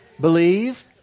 believe